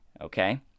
okay